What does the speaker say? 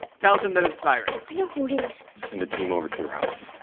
tells them that it's siren. i know who it is. send a team over to her house.